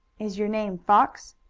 is your name fox?